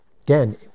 Again